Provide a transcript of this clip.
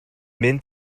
mynd